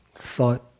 Thought